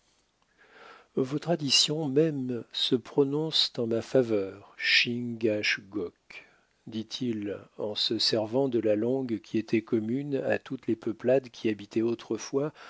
vos traditions même se prononcent en ma faveur chingachgook dit-il en se servant de la langue qui était commune à toutes les peuplades qui habitaient autrefois